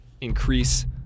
increase